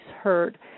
heard